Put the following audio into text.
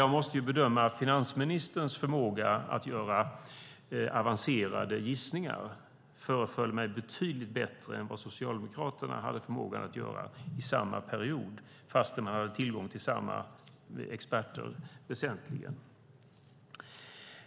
Jag måste säga att finansministerns förmåga att göra avancerade gissningar föreföll mig betydligt bättre än Socialdemokraternas förmåga i samma period, fast man väsentligen hade tillgång till samma experter.